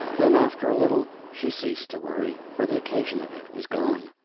then, after a little, she ceased to worry, for the occasion of it was gone.